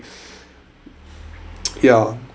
yeah